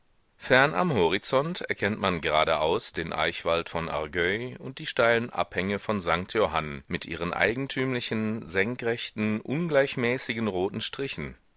fern am horizont erkennt man geradeaus den eichwald von argueil und die steilen abhänge von sankt johann mit ihren eigentümlichen senkrechten ungleichmäßigen roten strichen